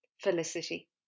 Felicity